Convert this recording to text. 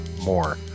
more